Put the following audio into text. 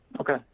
Okay